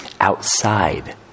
outside